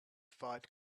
fight